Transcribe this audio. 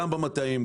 גם במטעים,